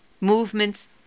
movements